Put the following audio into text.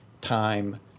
time